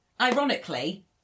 Ironically